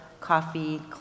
coffee